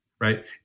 right